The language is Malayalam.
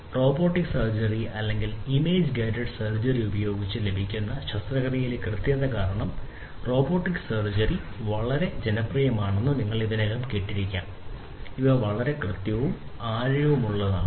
റോബോട്ടിക് സർജറി അല്ലെങ്കിൽ ഇമേജ് ഗൈഡഡ് സർജറി ഉപയോഗിച്ച് ലഭിക്കുന്ന ശസ്ത്രക്രിയയിലെ കൃത്യത കാരണം റോബോട്ടിക് ശസ്ത്രക്രിയ വളരെ ജനപ്രിയമാണെന്ന് നിങ്ങൾ ഇതിനകം കേട്ടിരിക്കാം ഇവ വളരെ കൃത്യവും അറിയാവുന്നതുമാണ്